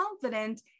confident